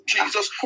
Jesus